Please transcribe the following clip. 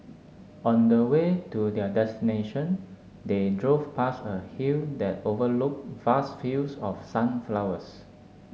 on the way to their destination they drove past a hill that overlooked vast fields of sunflowers